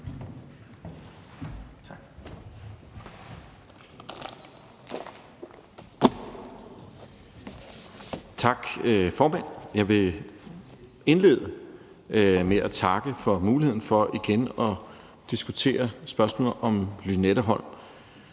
Tak, formand. Jeg vil indlede med at takke for muligheden for igen at diskutere spørgsmålet om Lynetteholm,